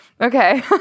Okay